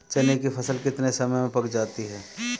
चने की फसल कितने समय में पक जाती है?